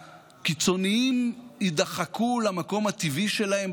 הקיצוניים יידחקו למקום הטבעי שלהם,